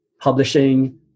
publishing